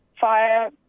fire